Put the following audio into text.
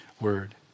word